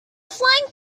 flying